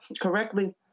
correctly